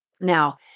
Now